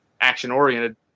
action-oriented